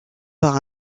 par